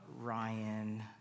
Ryan